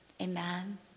amen